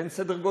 בן 30 בערך,